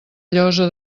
llosa